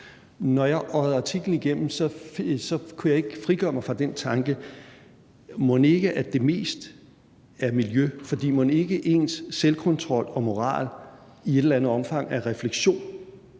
Når jeg øjer artiklen igennem, kan jeg kan ikke frigøre mig fra den tanke, om det mon ikke mest er miljø, for mon ikke ens selvkontrol og moral i et eller andet omfang reflekterer